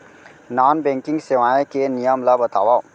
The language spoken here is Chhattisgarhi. नॉन बैंकिंग सेवाएं के नियम ला बतावव?